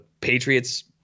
Patriots